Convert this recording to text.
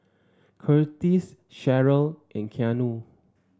Curtiss Cheryll and Keanu